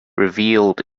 revealed